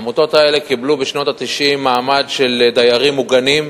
העמותות האלה קיבלו בשנות ה-90 מעמד של דיירים מוגנים.